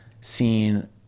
seen